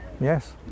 yes